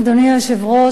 אדוני היושב-ראש,